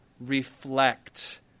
reflect